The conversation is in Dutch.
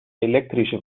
elektrische